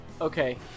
Okay